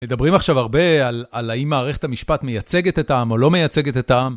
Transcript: מדברים עכשיו הרבה על האם מערכת המשפט מייצגת את העם או לא מייצגת את העם.